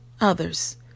others